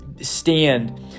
Stand